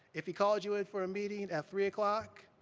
if he called you in for a meeting at three o'clock,